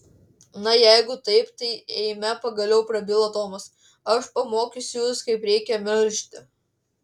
na jeigu taip tai eime pagaliau prabilo tomas aš pamokysiu jus kaip reikia melžti